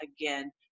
again